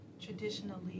traditionally